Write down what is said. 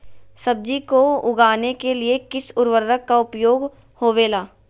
सब्जी को उगाने के लिए किस उर्वरक का उपयोग होबेला?